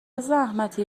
زحمتی